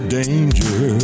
danger